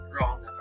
wrong